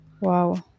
Wow